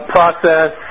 process